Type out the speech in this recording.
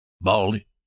Baldy